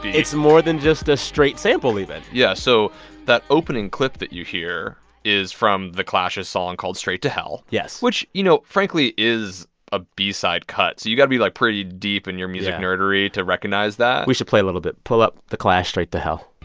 it's more than just a straight sample even yeah. so that opening clip that you hear is from the clash's song called straight to hell. yes. which, you know, frankly, is a b-side cut. so you've got to be, like, pretty deep in your. yeah. music nerdery to recognize that we should play a little bit. pull up the clash straight to hell.